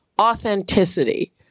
authenticity